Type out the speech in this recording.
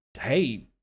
hey